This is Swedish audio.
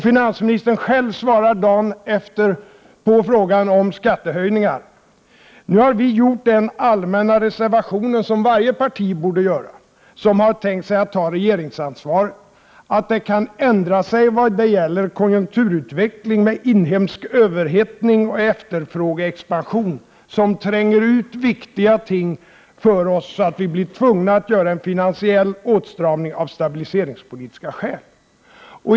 Finansministern själv svarade dagen efter på frågan om skattehöjningar: Nu har vi gjort den allmänna reservation som varje parti borde göra som tänker sig att ta regeringsansvar, nämligen att det kan ändra sig vad gäller konjunkturutveckling med inhemsk överhettning och efterfrågeexpansion som tränger ut viktiga ting för oss, så att vi blir tvungna att göra en finansiell åtstramning av stabiliseringspolitiska skäl.